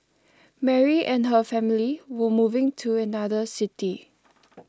Mary and her family were moving to another city